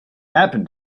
happen